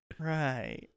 Right